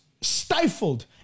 stifled